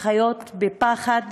שחיים בפחד